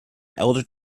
elder